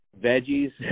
veggies